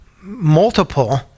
multiple